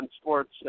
Sports